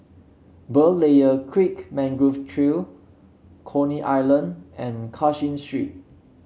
Berlayer Creek Mangrove Trail Coney Island and Cashin Street